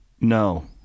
No